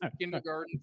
kindergarten